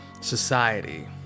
society